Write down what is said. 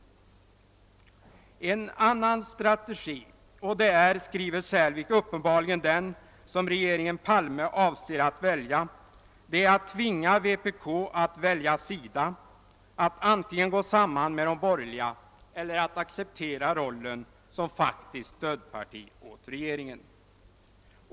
En annan strategi — och det är, skriver Särlevik, uppenbarligen den som regeringen Palme avser att välja — är att tvinga vpk att välja sida, att antingen gå samman med de borgerliga eller att acceptera rollen som faktiskt stödparti åt regeringen.